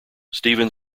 steven